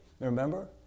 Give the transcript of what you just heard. Remember